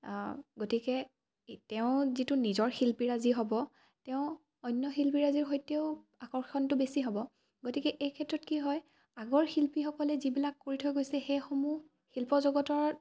গতিকে তেওঁ যিটো নিজৰ শিল্পীৰাজি হ'ব তেওঁ অন্য শিল্পীৰাজীৰ সৈতেও আকৰ্ষণটো বেছি হ'ব গতিকে এই ক্ষেত্ৰত কি হয় আগৰ শিল্পীসকলে যিবিলাক কৰি থৈ গৈছে সেইসমূহ শিল্পজগতৰ